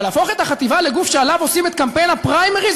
אבל להפוך את החטיבה לגוף שעליו עושים את קמפיין הפריימריז,